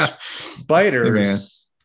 Spiders